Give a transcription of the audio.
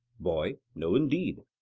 boy no, indeed.